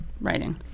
writing